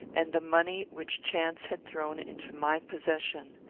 and the money which chance had thrown into my possession.